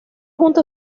junto